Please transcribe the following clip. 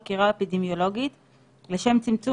במקומות בהם החקירה האפידמיולוגית לא נותנת